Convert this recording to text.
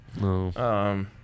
no